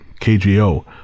KGO